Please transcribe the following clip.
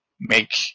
make